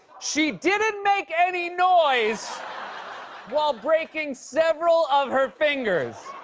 she didn't make any noise while breaking several of her fingers.